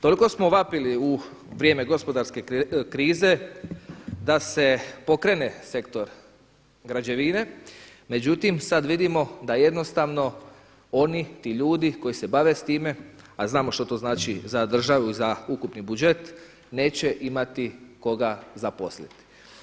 Toliko smo vapili u vrijeme gospodarske krize da se pokrene sektor građevine, međutim sad vidimo da jednostavno oni, ti ljudi koji se bave s time, a znamo što to znači za državu i za ukupni budžet neće imati koga zaposliti.